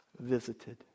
visited